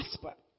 prosper